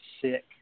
sick